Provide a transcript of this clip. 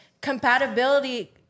compatibility